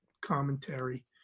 commentary